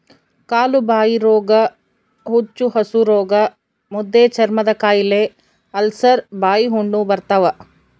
ಕಾಲುಬಾಯಿರೋಗ ಹುಚ್ಚುಹಸುರೋಗ ಮುದ್ದೆಚರ್ಮದಕಾಯಿಲೆ ಅಲ್ಸರ್ ಬಾಯಿಹುಣ್ಣು ಬರ್ತಾವ